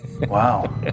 Wow